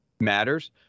Matters